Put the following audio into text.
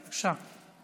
בבקשה.